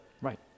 Right